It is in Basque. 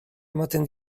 ematen